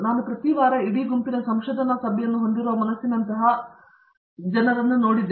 ನಾನು ಪ್ರತಿ ವಾರ ಇಡೀ ಗುಂಪಿನ ಸಂಶೋಧನಾ ಸಭೆಯನ್ನು ಹೊಂದಿರುವ ಮನಸ್ಸಿನಂತಹ ಸಂಶೋಧನಾ ಗುಂಪುಗಳು ನನಗೆ ತಿಳಿದಿದೆ